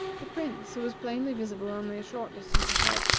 the prince, who was plainly visible only a short distance ahead,